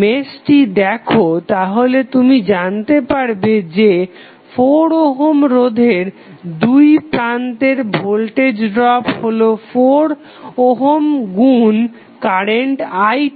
মেশটি দেখো তাহলে তুমি জানতে পারবে যে 4 ওহম রোধের দুই প্রান্তের ভোল্টেজ ড্রপ হলো 4 ওহম গুন কারেন্ট i2